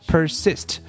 Persist